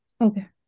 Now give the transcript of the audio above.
Okay